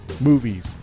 movies